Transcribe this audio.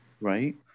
right